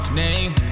name